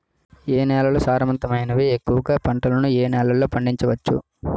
ఏ నేలలు సారవంతమైనవి? ఎక్కువ గా పంటలను ఏ నేలల్లో పండించ వచ్చు?